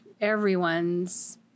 everyone's